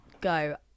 go